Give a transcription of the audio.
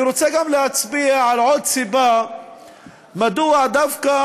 אני רוצה גם להצביע על עוד סיבה מדוע דווקא